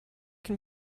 can